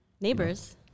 Neighbors